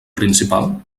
principal